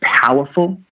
powerful